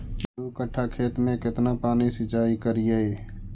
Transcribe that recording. दू कट्ठा खेत में केतना पानी सीचाई करिए?